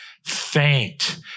Faint